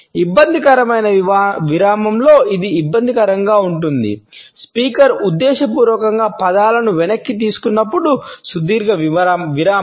ఇబ్బందికరమైన విరామంలో ఇది ఇబ్బందికరంగా ఉంటుంది స్పీకర్ ఉద్దేశపూర్వకంగా పదాలను వెనక్కి తీసుకున్నప్పుడు సుదీర్ఘ విరామం